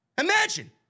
Imagine